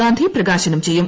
ഗാന്ധി പ്രകാശനം ചെയ്യും